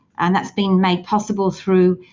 and that's been made possible through